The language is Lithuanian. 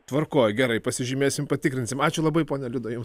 tvarkoj gerai pasižymėsim patikrinsim ačiū labai ponia liuda jums